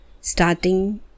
Starting